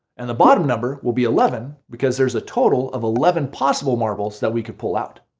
and the bottom number will be eleven because there's a total of eleven possible marbles that we could pull out.